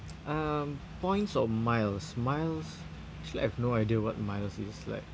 um points or miles miles actually I have no idea what miles is like